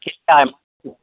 time